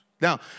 Now